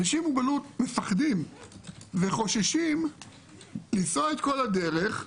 אנשים עם מוגבלות פוחדים וחוששים לנסוע את כל הדרך,